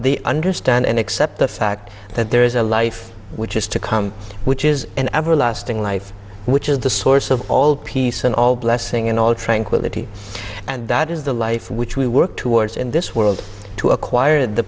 the understand and accept the fact that there is a life which is to come which is an everlasting life which is the source of all peace and all blessing and all tranquility and that is the life which we work towards in this world to acquire the